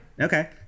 Okay